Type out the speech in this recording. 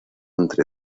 entre